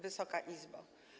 Wysoka Izbo!